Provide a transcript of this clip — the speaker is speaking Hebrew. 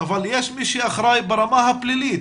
אבל יש מי שאחראי ברמה הפלילית.